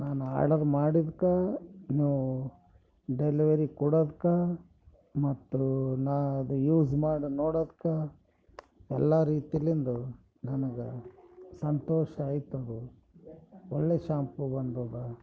ನಾನು ಆರ್ಡರ್ ಮಾಡಿದ್ಕಾ ನೀವು ಡೆಲಿವರಿ ಕೊಡೋದ್ಕ ಮತ್ತು ನಾ ಅದು ಯೂಸ್ ಮಾಡಿ ನೋಡೋದ್ಕೆ ಎಲ್ಲ ರೀತಿಯಿಂದ ನನ್ಗೆ ಸಂತೋಷ ಆಯ್ತದು ಒಳ್ಳೆ ಶಾಂಪೂ ಬಂದದ